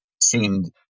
seemed